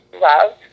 love